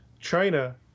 China